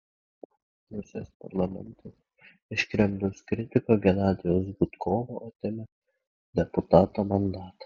rusijos parlamentas iš kremliaus kritiko genadijaus gudkovo atėmė deputato mandatą